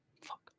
fuck